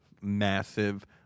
massive